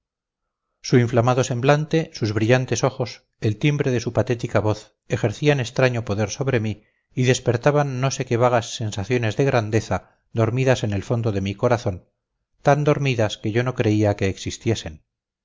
su inflamado semblante sus brillantes ojos el timbre de su patética voz ejercían extraño poder sobre mí y despertaban no sé qué vagas sensaciones de grandeza dormidas en el fondo de mi corazón tan dormidas que yo no creía que existiesen